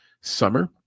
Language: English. summer